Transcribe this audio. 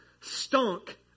stunk